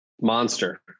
Monster